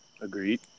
Agreed